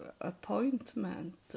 appointment